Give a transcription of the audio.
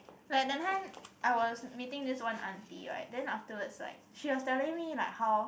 like that time I was meeting this one auntie right then afterwards like she was telling me like how